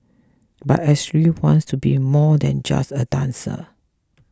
but Ashley wants to be more than just a dancer